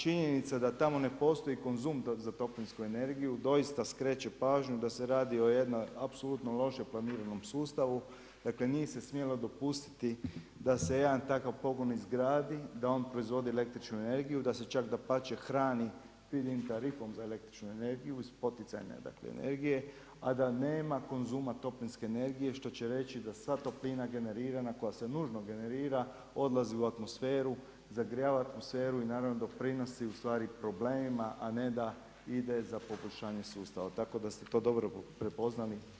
Činjenica da tamo ne postoji konzum za toplinsku energiju doista skreće pažnju da se radi o jednom apsolutno loše planiranom sustavu, dakle nije se smjelo dopustiti da se jedan takav pogon izgradi, da on proizvodi električnu energiju, da se čak dapače hrani … za električnu energiju iz poticajne energije, a da nema konzuma toplinske energije što će reći da sva toplina generirana koja se nužno generira odlazi u atmosferu i zagrijava atmosferu i naravno doprinosi problemima, a ne da ide za poboljšanje sustava, tako da ste to dobro prepoznali.